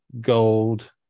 gold